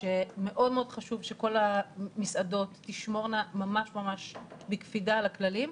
שמאוד מאוד חשוב שכל המסעדות תשמורנה ממש ממש בקפידה על הכללים,